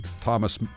Thomas